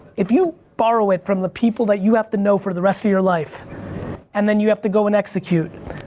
if you borrow it from the people that you have to know for the rest of your life and then you have to go and execute,